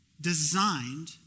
designed